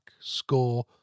score